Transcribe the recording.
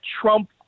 Trump